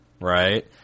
Right